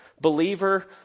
believer